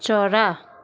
चरा